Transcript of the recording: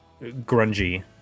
grungy